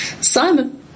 Simon